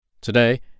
Today